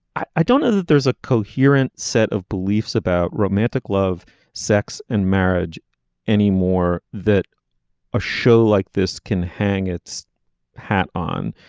i don't know that there's a coherent set of beliefs about romantic love sex and marriage anymore that a show like this can hang its hat on.